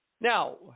Now